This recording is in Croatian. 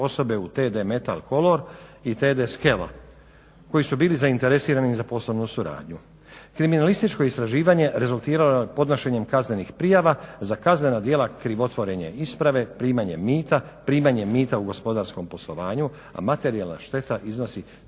Kriminalističko istraživanje rezultiralo je podnošenjem kaznenih prijava za kaznena djela krivotvorenje isprave, primanje mita, primanje mita u gospodarskom poslovanju, a materijalna šteta iznosi 3